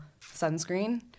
sunscreen